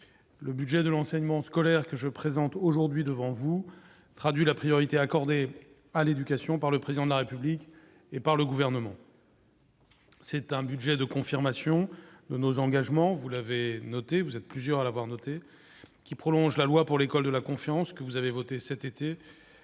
le budget de l'enseignement scolaire que je présente aujourd'hui devant vous, traduit la priorité accordée à l'éducation par le président de la République et par le gouvernement. C'est un budget de confirmation de nos engagements, vous l'avez noté vous êtes plusieurs à l'avoir noté qui prolonge la loi pour l'école de la confiance que vous avez voté cet été